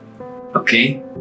Okay